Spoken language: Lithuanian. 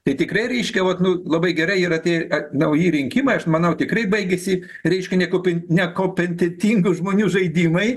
tai tikrai reiškia vat nu labai gerai yra tie nauji rinkimai aš manau tikrai baigėsi reiškia nekupe nekompetentingių žmonių žaidimai